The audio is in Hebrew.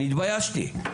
אני התביישתי,